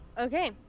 Okay